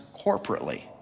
corporately